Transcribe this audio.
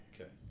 Okay